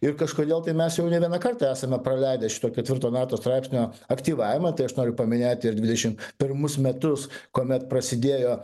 ir kažkodėl tai mes jau ne vieną kartą esame praleidę šito ketvirto nato straipsnio aktyvavimą tai aš noriu paminėti ir dvidešim pirmus metus kuomet prasidėjo